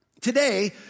Today